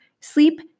Sleep